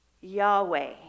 Yahweh